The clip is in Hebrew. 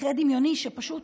מקרה דמיוני, שפשוט